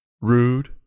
Rude